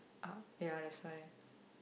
uh ya that's why